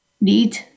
need